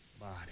body